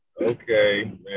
Okay